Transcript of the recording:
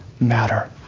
matter